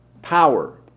Power